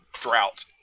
drought